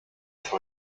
for